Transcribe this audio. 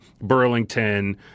Burlington